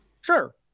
Sure